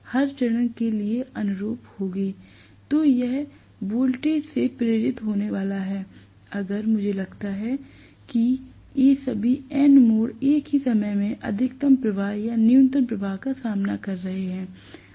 तो यह वोल्टेज से प्रेरित होने वाला है अगर मुझे लगता है कि ये सभी N मोड़ एक ही समय में अधिकतम प्रवाह या न्यूनतम प्रवाह का सामना कर रहे हैं